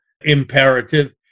imperative